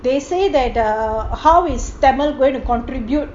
they say that err how is tamil going to contribute